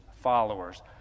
followers